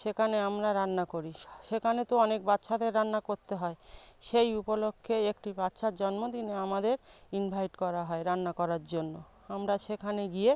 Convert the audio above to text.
সেখানে আমরা রান্না করি সেখানে তো অনেক বাচ্চাদের রান্না করতে হয় সেই উপলক্ষ্যেই একটি বাচ্চার জন্মদিনে আমাদের ইনভাইট করা হয় রান্না করার জন্য আমরা সেখানে গিয়ে